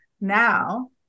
now